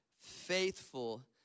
faithful